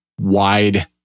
wide